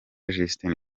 justin